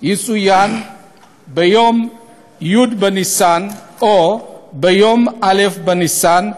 יצוין ביום י' בניסן, או ביום א' בניסן,